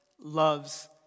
loves